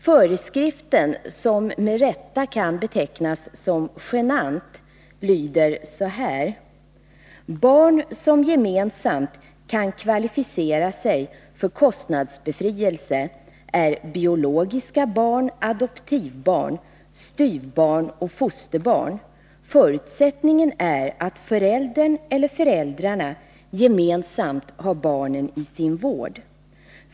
Föreskriften, som med rätta kan betecknas som genant, lyder så här: Barn som gemensamt kan kvalificera sig för kostnadsbefrielse är biologiska barn, adoptivbarn, styvbarn och fosterbarn. Förutsättningen är att föräldern eller föräldrarnas gemensamt har barnen i sin vård.